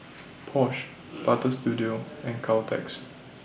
Porsche Butter Studio and Caltex